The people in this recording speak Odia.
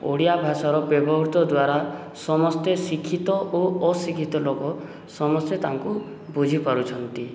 ଓଡ଼ିଆ ଭାଷାର ବ୍ୟବହୃତ ଦ୍ୱାରା ସମସ୍ତେ ଶିକ୍ଷିତ ଓ ଅଶିକ୍ଷିତ ଲୋକ ସମସ୍ତେ ତାଙ୍କୁ ବୁଝିପାରୁଛନ୍ତି